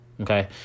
okay